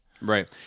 right